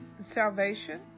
salvation